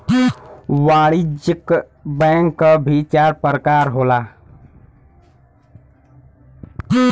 वाणिज्यिक बैंक क भी चार परकार होला